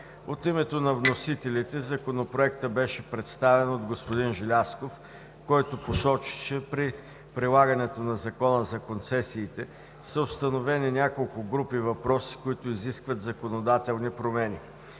От името на вносителите Законопроектът беше представен от господин Желязков, който посочи, че при прилагането на Закона за концесиите са установени няколко групи въпроси, които изискват законодателни промени.